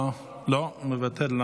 מוותר.